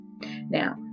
Now